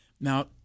Now